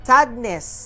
Sadness